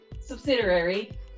subsidiary